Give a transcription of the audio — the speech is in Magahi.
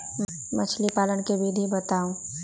मछली पालन के विधि बताऊँ?